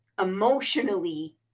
emotionally